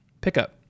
pickup